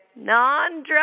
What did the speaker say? non-drug